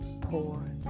poor